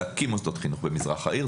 להקים מוסדות חינוך במזרח העיר.